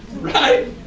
right